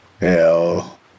Hell